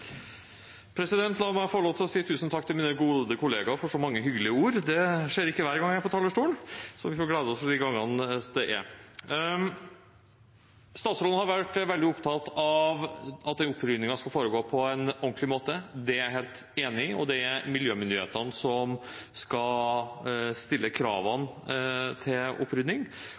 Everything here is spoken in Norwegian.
La meg først få lov til å si tusen takk til min gode kollega for så mange hyggelige ord. Det skjer ikke hver gang jeg er på talerstolen – så jeg får glede meg over de gangene det skjer. Statsråden har vært veldig opptatt av at oppryddingen skal foregå på en ordentlig måte. Det er jeg helt enig i, og det er miljømyndighetene som skal stille kravene til opprydding,